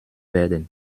werden